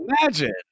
imagine